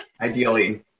Ideally